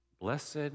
blessed